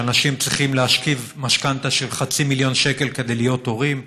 שאנשים צריכים להשכיב משכנתה של חצי מיליון שקל כדי להיות הורים.